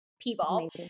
people